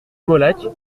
molac